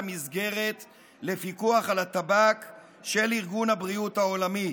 המסגרת לפיקוח על הטבק של ארגון הבריאות העולמי.